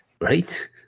right